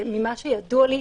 ממה שידוע לי,